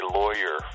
lawyer